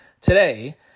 today